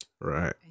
right